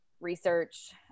research